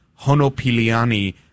Honopiliani